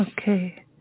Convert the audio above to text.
Okay